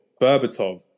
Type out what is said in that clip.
Berbatov